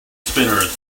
spinners